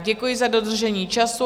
Děkuji za dodržení času.